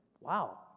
Wow